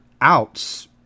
outs